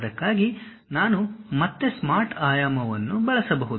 ಅದಕ್ಕಾಗಿ ನಾನು ಮತ್ತೆ ಸ್ಮಾರ್ಟ್ ಆಯಾಮವನ್ನು ಬಳಸಬಹುದು